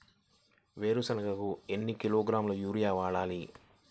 వేరుశనగకు ఎన్ని కిలోగ్రాముల యూరియా వేయాలి?